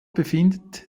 befindet